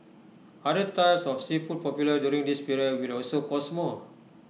other types of seafood popular during this period will also cost more